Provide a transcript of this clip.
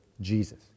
Jesus